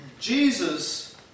Jesus